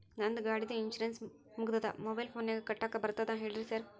ನಂದ್ ಗಾಡಿದು ಇನ್ಶೂರೆನ್ಸ್ ಮುಗಿದದ ಮೊಬೈಲ್ ಫೋನಿನಾಗ್ ಕಟ್ಟಾಕ್ ಬರ್ತದ ಹೇಳ್ರಿ ಸಾರ್?